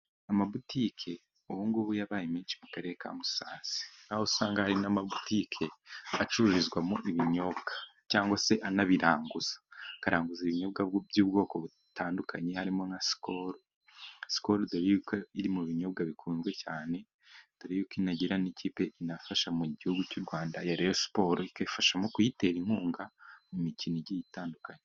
Amabotike ubungubu yabaye menshi mu karere ka Musanze hari naho usanga hari n'amabotike acururizwamo ibinyobwa cyangwa se anabiranguza akaranguza ibinyobwa by'ubwoko butandukanye harimo nka sukoli. Sukoli dore yuko iri mu binyobwa bikunzwe cyane dore y'uko inagira n'ikipe inafasha mu gihugu cy'u Rwanda ya reyo siporo igafashamo kuyitera inkunga mu mikino igiye itandukanye.